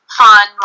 fun